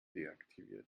deaktiviert